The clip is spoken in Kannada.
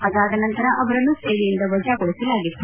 ಅದಾದ ನಂತರ ಅವರನ್ನು ಸೇವೆಯಿಂದ ವಜಾಗೊಳಿಸಲಾಗಿತ್ತು